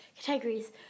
categories